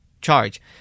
charge